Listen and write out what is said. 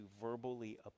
verbally